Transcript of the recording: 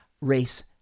race